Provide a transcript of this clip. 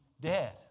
dead